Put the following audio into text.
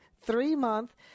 three-month